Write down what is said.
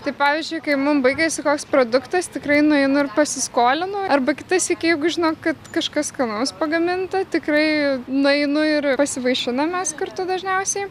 tai pavyzdžiui kai mum baigiasi koks produktas tikrai nueinu ir pasiskolinu arba kitą sykį jeigu žinau kad kažkas skanaus pagaminta tikrai nueinu ir pasivaišinam mes kartu dažniausiai